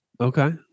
Okay